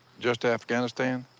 just afghanistan?